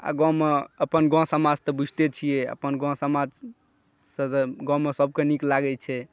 आ गाममे अपन गाम समाज तऽ बुझिते छिए अपन गाम समाजसँ तऽ गाममे सबके नीक लागै छै